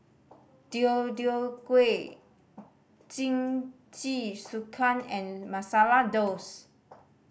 Deodeok Gui Jingisukan and Masala